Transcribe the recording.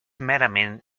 merament